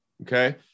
Okay